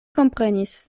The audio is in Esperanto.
komprenis